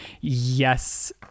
yes